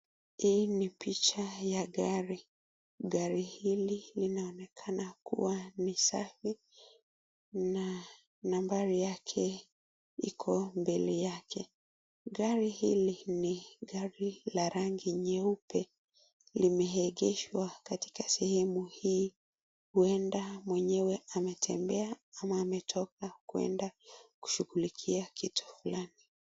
Hii ni picha ya gari, gari hili linaonekana kuwa ni safi na nambari yake iko mbele yake. Gari hili ni gari la rangi nyeupe, limeegeshwa katika sehemu hii huenda mwenyewe ametembea ama ametoka kwenda kushughulikia kitu fulani.